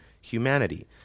humanity